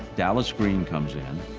dallas green comes in.